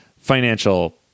financial